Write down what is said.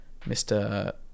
Mr